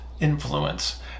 influence